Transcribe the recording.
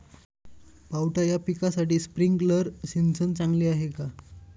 पावटा या पिकासाठी स्प्रिंकलर सिंचन चांगले आहे का?